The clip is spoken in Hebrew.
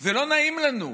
זה לא נעים לנו,